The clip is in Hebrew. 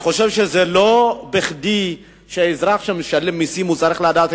אני חושב שלא בכדי האזרח שמשלם מסים צריך לדעת